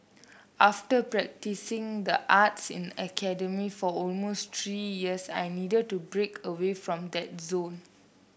after practising the arts in academy for almost three years I needed to break away from that zone